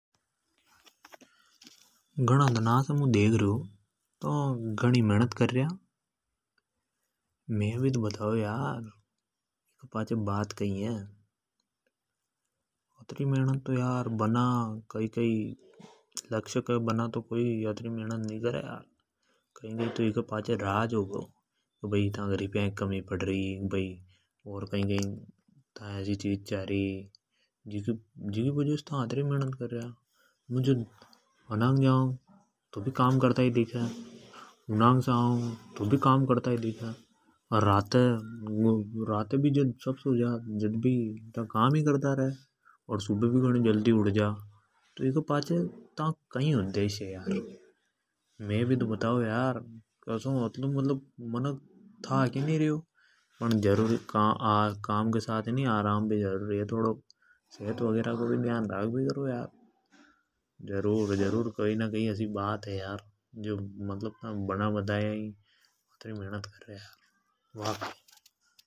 मु घणा दना से देख रयो था घनी मेहनत कर रया। कई बात है क्योंकि कोई बना कारण से तो अत्रि मेहनत नि करे। यार मे भी तो बताओ कोई तो राज होगो भई था ये रपीआ की कमी पड़री। कै भई थाये भई असि चीज छा री। मुं अनांग उनांग जाउ तो भी काम कर ता ही दिखे। राते भी सबसे मोडा सो वे अर सुबह भी घण जल्दी उठ जा। ई के पाचें था को कई उद्देश्य है यार की मनख थाक ही नि रयो। काम के लारे आराम भी जरूरी है। जरूर-जरूर असि बात है यार जे था बना बताया ही अत्रि मेहनत कर रया।